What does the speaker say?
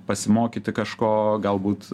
pasimokyti kažko galbūt